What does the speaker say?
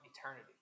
eternity